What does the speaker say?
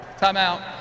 Timeout